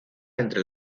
entre